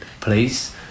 please